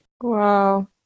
Wow